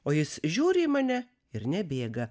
o jis žiūri į mane ir nebėga